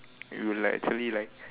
you literally like